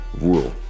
rule